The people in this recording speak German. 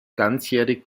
ganzjährig